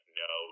no